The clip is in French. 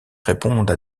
réponde